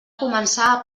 començar